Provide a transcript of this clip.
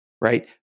Right